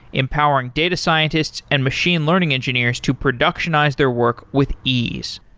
empowering data scientists and machine learning engineers to productionize their work with ease.